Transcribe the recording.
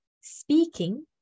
speaking